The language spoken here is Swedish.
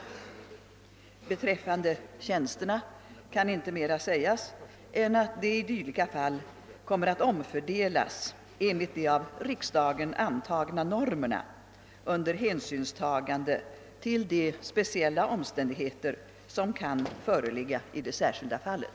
Beträffande tjänsterna kan inte mera sägas än att de i dylika fall kommer att omfördelas enligt de av riksdagen an tagna normerna under hänsynstagande till de speciella omständigheter som kan föreligga i det särskilda fallet.